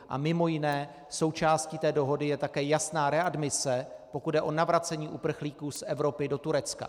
A mimo jiné součástí té dohody je také jasná readmise, pokud jde o navracení uprchlíků z Evropy do Turecka.